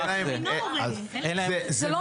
אין להם זה מעט.